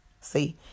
See